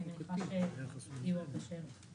אני מניחה שיהיו הרבה שאלות.